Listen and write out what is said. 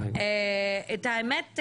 את האמת,